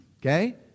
okay